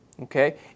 Okay